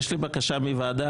יש לי בקשה מהוועדה,